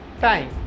time